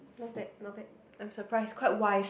not bad not bad I'm surprised quite wise